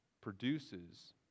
produces